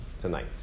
tonight